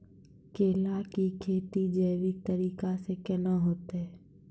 केला की खेती जैविक तरीका के ना होते?